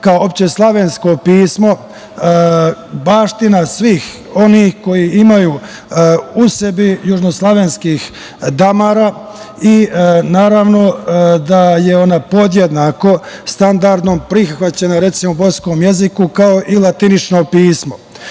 kao opšte slovensko pismo baština svih onih koji imaju u sebi južnoslovenskih damara i naravno da je ona podjednako, standardno prihvaćena, recimo u bosanskom jeziku, kao i latinično pismo. Jedno